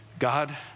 God